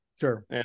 sure